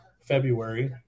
February